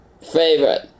favorite